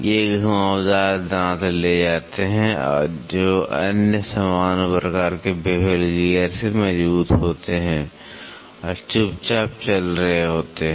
वे घुमावदार दांत ले जाते हैं जो अन्य सामान्य प्रकार के बेवल गियर से मजबूत होते हैं और चुपचाप चल रहे होते हैं